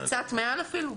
קצת יותר אפילו?